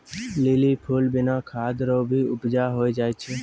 lily फूल बिना खाद रो भी उपजा होय जाय छै